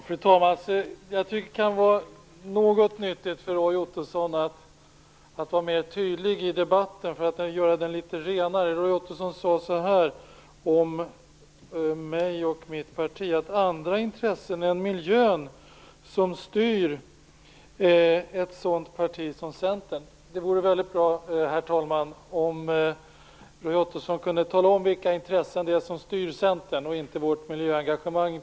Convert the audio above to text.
Fru talman! Det kan vara nyttigt för Roy Ottosson att vara mera tydlig i debatten för att göra den litet renare. Roy Ottosson sade att det är andra intressen än miljön som styr mig och mitt parti. Det vore väldigt bra om Roy Ottosson kunde tala om vilka intressen som styr Centern om det inte är vårt miljöengagemang.